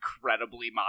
incredibly